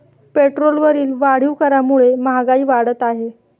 पेट्रोलवरील वाढीव करामुळे महागाई वाढत आहे